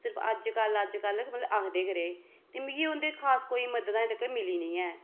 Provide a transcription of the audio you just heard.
सिर्फ अजकल अजकल मतलब कि आखदे गै रेह् ते मिगी उं'दे खास कोई मदद अजें तक्कर तक मिली निं ऐ